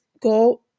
go